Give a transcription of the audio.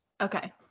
okay